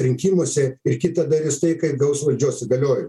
rinkimuose ir kita darys tai kai gaus valdžios įgaliojimą